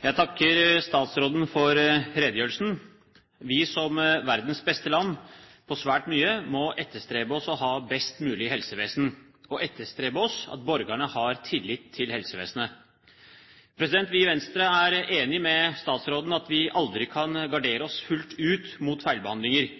Jeg takker statsråden for redegjørelsen. Vi, som verdens beste land på svært mye, må etterstrebe et best mulig helsevesen og etterstrebe at borgerne har tillit til helsevesenet. Vi i Venstre er enig med statsråden i at vi aldri kan gardere oss fullt ut mot feilbehandlinger.